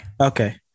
Okay